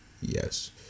yes